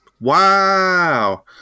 Wow